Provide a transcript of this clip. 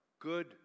good